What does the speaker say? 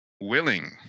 willing